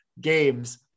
games